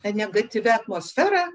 ta negatyvia atmosfera